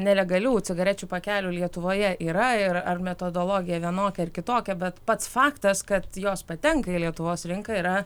nelegalių cigarečių pakelių lietuvoje yra ir ar metodologija vienokia ar kitokia bet pats faktas kad jos patenka į lietuvos rinką yra